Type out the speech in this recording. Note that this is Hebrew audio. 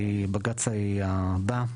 הבג"צ הבא,